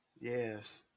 Yes